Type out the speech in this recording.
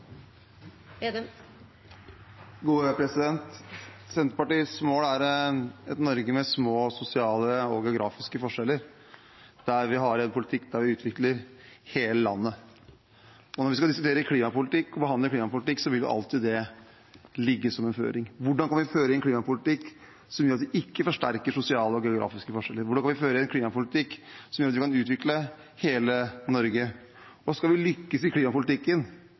et Norge med små sosiale og geografiske forskjeller der vi har en politikk som utvikler hele landet. Når vi skal diskutere og behandle klimapolitikk, vil alltid det ligge som en føring. Hvordan kan vi føre en klimapolitikk som gjør at vi ikke forsterker sosiale og geografiske forskjeller? Hvordan kan vi føre en klimapolitikk som gjør at vi kan utvikle hele Norge? Skal vi lykkes i klimapolitikken,